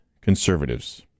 conservatives